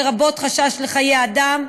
לרבות חשש לחיי אדם,